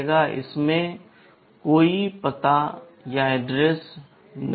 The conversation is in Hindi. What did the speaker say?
इसमें कोई पता नहीं है